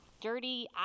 dirty